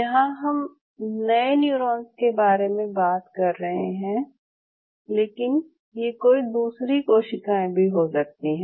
यहाँ हम नए न्यूरॉन्स के बारे में बात कर रहे हैं लेकिन ये कोई दूसरी कोशिकाएं भी हो सकती हैं